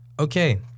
Okay